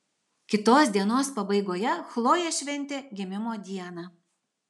kitos dienos pabaigoje chlojė šventė gimimo dieną